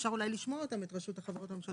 אפר לשמוע את רשות החברות הממשלתיות.